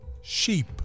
sheep